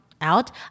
out